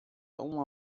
uma